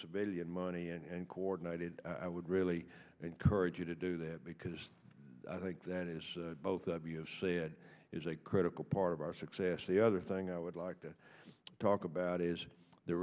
civilian money and coordinated i would really encourage you to do that because i think that it is both obviously it is a critical part of our success the other thing i would like to talk about is the